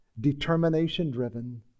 determination-driven